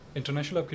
international